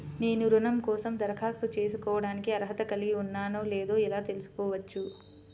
నేను రుణం కోసం దరఖాస్తు చేసుకోవడానికి అర్హత కలిగి ఉన్నానో లేదో ఎలా తెలుసుకోవచ్చు?